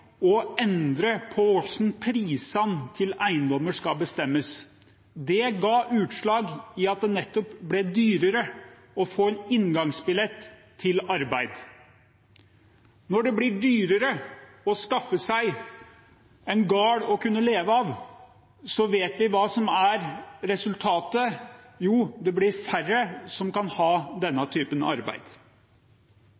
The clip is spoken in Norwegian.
å endre på hvordan prisene på eiendommer skal bestemmes. Det ga seg utslag i at det ble dyrere å få en inngangsbillett til arbeid. Når det blir dyrere å skaffe seg en gård å kunne leve av, vet vi hva som er resultatet – det blir færre som kan ha denne